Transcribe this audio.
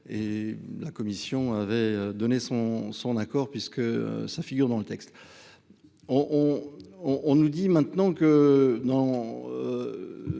et la Commission avait donné son son accord puisque ça figure dans le texte. On on on on nous dit maintenant que